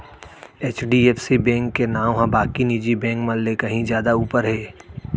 HDFC bank के नांव ह बाकी निजी बेंक मन ले कहीं जादा ऊपर हे